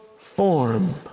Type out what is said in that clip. form